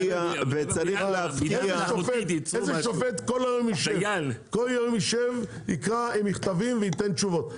איזה שופט יישב כל היום יקרא מכתבים וייתן תשובות?